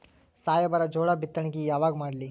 ಸಾಹೇಬರ ಜೋಳ ಬಿತ್ತಣಿಕಿ ಯಾವಾಗ ಮಾಡ್ಲಿ?